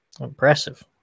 impressive